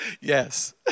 Yes